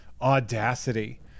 audacity